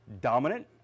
dominant